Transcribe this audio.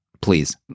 Please